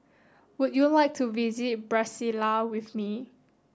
would you like to visit Brasilia with me